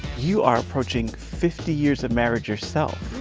you are approaching fifty years of marriage yourself.